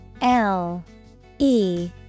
L-E